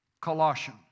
Colossians